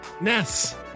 Ness